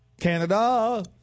Canada